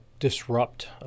disrupt